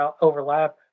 overlap